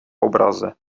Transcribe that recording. obraze